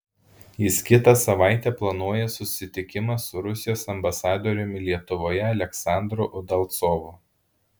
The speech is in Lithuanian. jis kitą savaitę planuoja susitikimą su rusijos ambasadoriumi lietuvoje aleksandru udalcovu